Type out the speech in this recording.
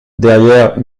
derrière